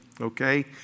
Okay